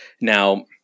Now